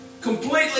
completely